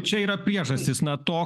čia yra priežastys na to